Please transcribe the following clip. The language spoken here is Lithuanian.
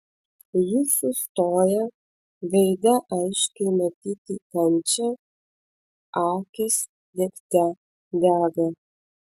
jis sustoja veide aiškiai matyti kančia akys degte dega